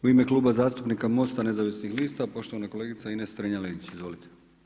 U ime Kluba zastupnika MOST-a nezavisnih lista poštovana kolegica Ines Strenja-Linić, izvolite.